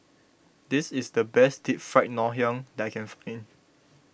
this is the best Deep Fried Ngoh Hiang that I can